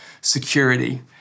security